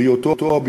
בריאותו או ביטחונו,